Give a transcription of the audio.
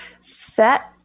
set